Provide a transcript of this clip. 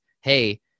Hey